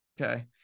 Okay